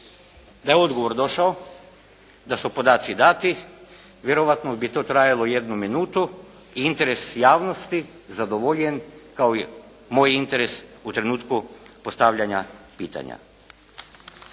Da je odgovor došao, da su podaci dati vjerojatno bi to trajalo jednu minutu i interes javnosti zadovoljen kao i moj interes u trenutku postavljanja pitanja.